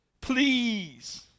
please